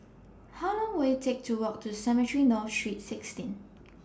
How Long Will IT Take to Walk to Cemetry North Street sixteen